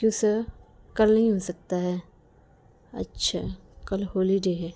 کیوں سر کل نہیں ہو سکتا ہے اچھا کل ہولیڈے ہے